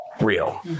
real